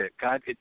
God